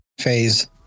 Phase